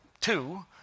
two